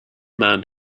man